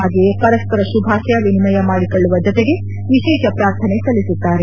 ಹಾಗೆಯೇ ಪರಸ್ಪರ ಶುಭಾಶಯ ವಿನಿಮಯ ಮಾಡಿಕೊಳ್ಳುವ ಜತೆಗೆ ವಿಶೇಷ ಪ್ರಾರ್ಥನೆ ಸಲ್ಲಿಸುತ್ತಾರೆ